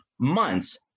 months